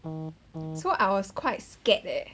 so I was quite scared leh